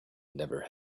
never